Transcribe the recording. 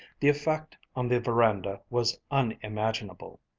the effect on the veranda was unimaginable.